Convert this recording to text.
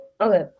Okay